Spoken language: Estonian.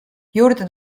juurde